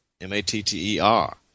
M-A-T-T-E-R